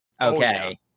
Okay